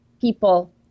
people